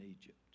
Egypt